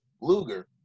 Luger